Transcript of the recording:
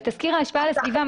בתסקיר ההשפעה על הסביבה,